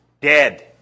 dead